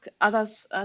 others